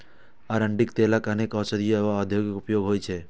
अरंडीक तेलक अनेक औषधीय आ औद्योगिक उपयोग होइ छै